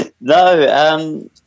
No